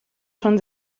schon